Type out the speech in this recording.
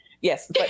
yes